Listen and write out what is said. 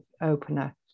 opener